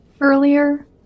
earlier